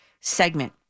segment